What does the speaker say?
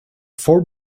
four